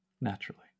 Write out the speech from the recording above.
naturally